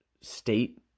state